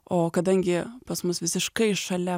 o kadangi pas mus visiškai šalia